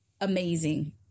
amazing